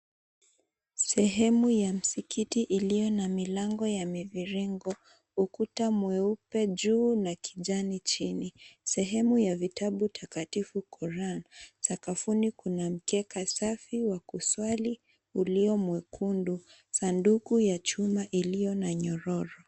Sehemu ya msikiti iliyo na milango ya miviringo. Ukuta mweupe juu na kijani chini. Sehemu ya vitabu takatifu, Quran. Sakafuni kuna mkeka safi wa kuswali ulio mwekundu. Sanduku ya chuma iliyo na nyororo.